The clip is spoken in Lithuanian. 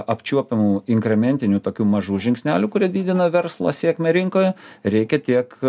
apčiuopiamų inkrementinių tokių mažų žingsnelių kurie didina verslo sėkmę rinkoje reikia tiek